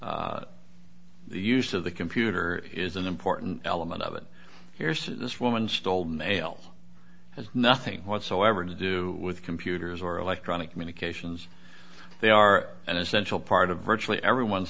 the use of the computer is an important element of it here's this woman stole mail has nothing whatsoever to do with computers or electronic communications they are an essential part of virtually everyone's